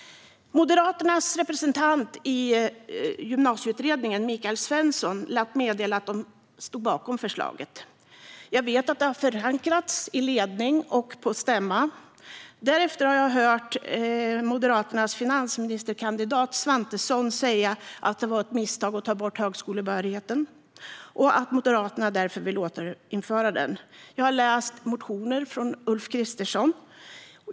Moderaternas representant i Gymnasieutredningen, Michael Svensson, lät meddela att de stod bakom förslaget. Jag vet att det har förankrats i ledningen och på Moderaternas stämma. Därefter har jag hört Moderaternas finansministerkandidat Svantesson säga att det var ett misstag att ta bort högskolebehörigheten och att Moderaterna därför vill återinföra den. Jag har läst motioner från Ulf Kristersson.